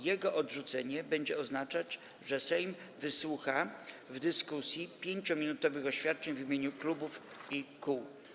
Jej odrzucenie będzie oznaczać, że Sejm wysłucha w dyskusji 5-minutowych oświadczeń w imieniu klubów i kół.